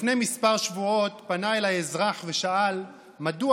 לפני כמה שבועות פנה אליי אזרח ושאל מדוע